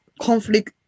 conflict